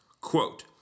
Quote